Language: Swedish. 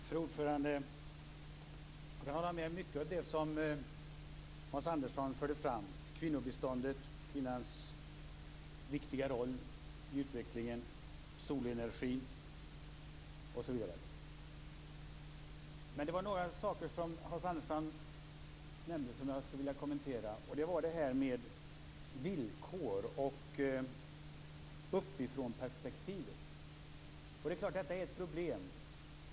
Fru talman! Jag håller med om mycket av det som Hans Andersson förde fram, kvinnobiståndet, kvinnans viktiga roll i utvecklingen, solenergin osv. Men det var några saker som Hans Andersson nämnde som jag skulle vilja kommentera. Det är klart att villkoren och uppifrånperspektivet är ett problem.